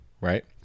right